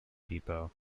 depot